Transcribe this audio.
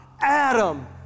Adam